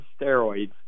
steroids